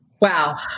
Wow